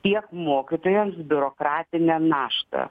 tiek mokytojams biurokratinę naštą